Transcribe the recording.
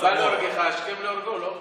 הבא להורגך השכם להורגו, לא?